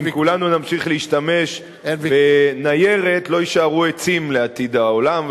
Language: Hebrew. אם כולנו נמשיך להשתמש בניירת לא יישארו עצים לעתיד העולם,